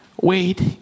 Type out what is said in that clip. wait